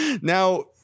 Now